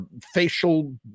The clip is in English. facial